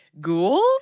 ghoul